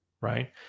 right